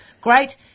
Great